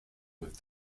with